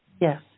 yes